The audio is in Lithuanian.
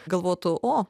galvotų o